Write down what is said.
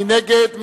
מי נגד?